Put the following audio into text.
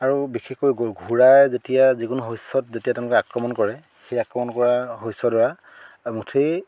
আৰু বিশেষকৈ ঘোঁৰাই যেতিয়া যিকোনো শস্যত যেতিয়া তেওঁলোকে আক্ৰমণ কৰে সেই আক্ৰমণ কৰা শস্যডৰা মুঠি